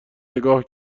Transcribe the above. نگاه